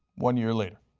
one year later.